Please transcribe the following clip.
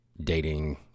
dating